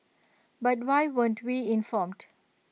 but why weren't we informed